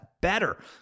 better